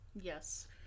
Yes